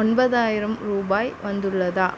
ஒன்பதாயிரம் ரூபாய் வந்துள்ளதா